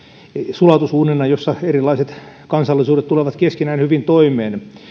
sulatusuunina jossa erilaiset kansallisuudet tulevat keskenään hyvin toimeen